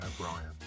O'Brien